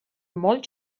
molt